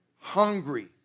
hungry